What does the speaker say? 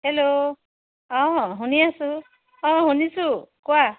hello অঁ শুনি আছোঁ অঁ শুনিছোঁ কোৱা